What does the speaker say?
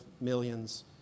millions